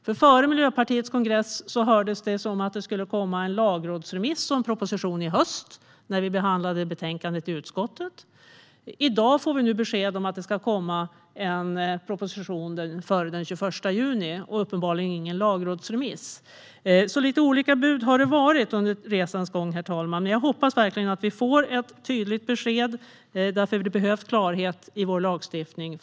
För före Miljöpartiets kongress lät det när vi behandlade betänkandet i utskottet som om det skulle komma en lagrådsremiss och en proposition i höst. I dag får vi besked om att det ska komma en proposition före den 21 juni och uppenbarligen ingen lagrådsremiss. Det har alltså kommit lite olika bud under resans gång, herr talman. Jag hoppas verkligen att vi får ett tydligt besked, för många parter behöver klarhet om lagstiftningen.